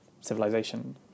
civilization